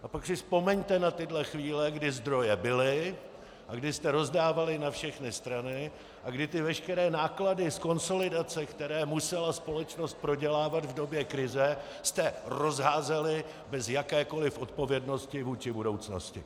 A pak si vzpomeňte na tyhle chvíle, kdy zdroje byly a kdy jste rozdávali na všechny strany a kdy ty veškeré náklady z konsolidace, které musela společnost prodělávat v době krize, jste rozházeli bez jakékoli odpovědnosti vůči budoucnosti.